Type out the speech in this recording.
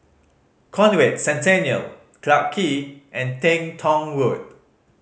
Conrad Centennial Clarke Quay and Teng Tong Road